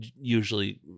usually